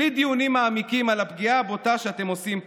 בלי דיונים מעמיקים על הפגיעה הבוטה שאתם עושים פה.